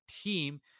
team